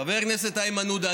חבר הכנסת איימן עודה,